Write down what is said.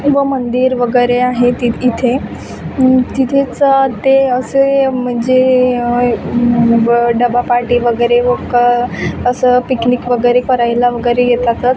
व मंदिर वगैरे आहेत इथ इथे तिथेच ते असे म्हणजे ब डबा पार्टी वगैरे क असं पिकनिक वगैरे करायला वगैरे येतातच